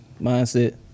mindset